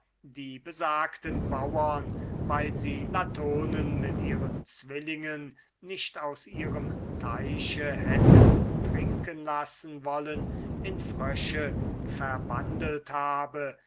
die milischen bauern weil sie latonen mit ihren zwillingen nicht aus ihrem teiche hätten trinken lassen wollen in frösche verwandelt habe